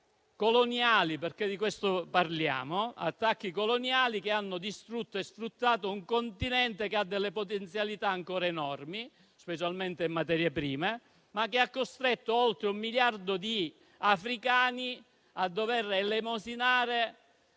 attacchi coloniali - perché di questo parliamo - che hanno distrutto e sfruttato un continente che ha delle potenzialità ancora enormi, specialmente in materie prime, e che hanno costretto oltre un miliardo di africani a dover chiedere